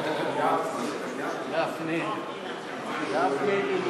אדוני יושב-ראש הכנסת, רבותי חברי